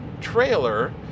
trailer